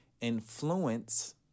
influence